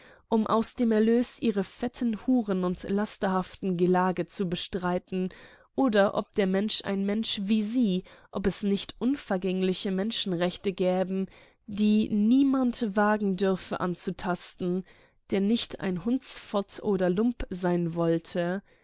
um aus dem erlös ihre fetten huren und lasterhaften gelage zu bestreiten oder ob der mensch ein mensch wie sie ob es nicht unvergängliche menschenrechte gäbe die niemand wagen dürfe anzutasten der nicht ein hundsfott oder lump sein wolle